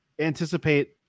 anticipate